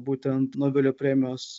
būtent nobelio premijos